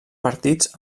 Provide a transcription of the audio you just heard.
partits